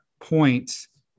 points